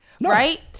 right